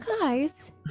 guys